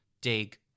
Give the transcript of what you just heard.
dig